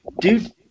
dude